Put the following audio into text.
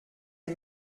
les